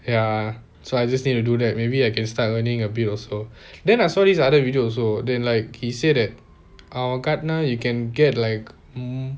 ya so I just need to do that maybe I can start learning a bit also then I saw this other video also then like he said அவன் காட்டுனா:avan kattuna you can get like um